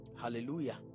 Hallelujah